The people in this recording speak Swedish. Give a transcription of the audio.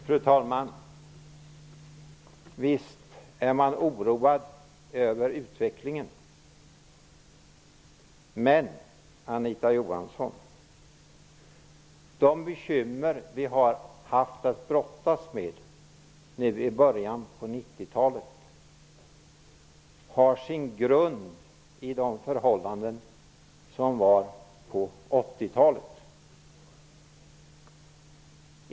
Fru talman! Visst är jag oroad över utvecklingen. Men, Anita Johansson, de bekymmer vi har haft att brottas med i början på 1990-talet har sin grund i de förhållanden som var på 1980-talet.